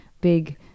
big